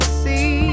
see